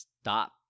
stop